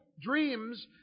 dreams